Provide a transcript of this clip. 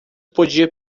podia